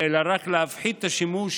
אלא רק להפחית את השימוש